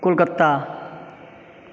Kolkata